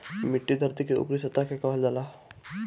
मिट्टी धरती के ऊपरी सतह के कहल जाला